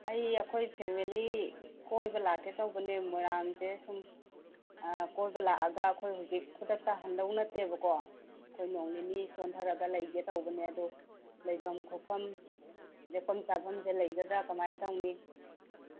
ꯑꯩ ꯑꯩꯈꯣꯏ ꯐꯦꯃꯤꯂꯤ ꯀꯣꯏꯕ ꯂꯥꯛꯀꯦ ꯇꯧꯕꯅꯦ ꯃꯣꯏꯔꯥꯡꯁꯦ ꯁꯨꯝ ꯀꯣꯏꯕ ꯂꯥꯛꯑꯒ ꯑꯩꯈꯣꯏ ꯍꯧꯖꯤꯛ ꯈꯨꯗꯛꯇ ꯍꯟꯗꯧ ꯅꯠꯇꯦꯕꯀꯣ ꯑꯩꯈꯣꯏ ꯅꯣꯡ ꯅꯤꯅꯤ ꯆꯣꯟꯊꯔꯒ ꯂꯩꯒꯦ ꯇꯧꯕꯅꯦ ꯑꯗꯣ ꯂꯩꯕꯝ ꯈꯣꯠꯄꯝ ꯂꯦꯛꯐꯝ ꯆꯥꯐꯝꯁꯦ ꯂꯩꯒꯗ꯭ꯔꯥ ꯀꯃꯥꯏꯅ ꯇꯧꯅꯤ